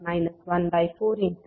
25V0 142